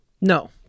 No